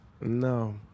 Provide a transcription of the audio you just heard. No